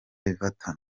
everton